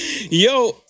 Yo